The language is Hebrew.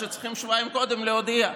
שצריכים שבועיים קודם להודיע.